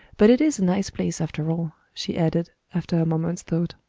but it is a nice place after all, she added, after a moment's thought.